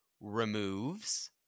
removes